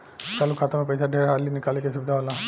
चालु खाता मे पइसा ढेर हाली निकाले के सुविधा होला